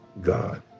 God